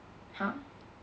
!huh!